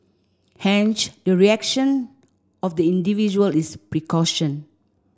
hence the reaction of the individual is precaution